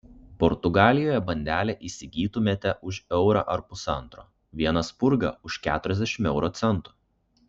portugalijoje bandelę įsigytumėte už eurą ar pusantro vieną spurgą už keturiasdešimt euro centų